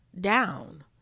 down